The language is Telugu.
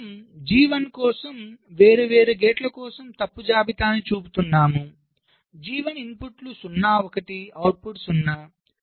మనము G1 కోసం వేర్వేరు గేట్ల కోసం తప్పు జాబితాను చూపుతున్నాను G1 ఇన్పుట్లు 0 1 అవుట్పుట్ 0